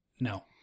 No